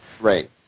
Right